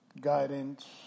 guidance